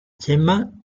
gemma